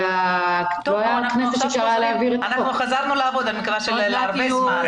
אנחנו חזרנו לעבוד, אני מקווה שלהרבה זמן.